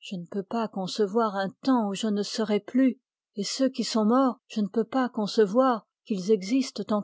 je ne peux pas concevoir un temps où je ne serai plus et ceux qui sont morts je ne peux pas concevoir qu'ils existent